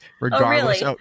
regardless